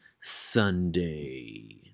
Sunday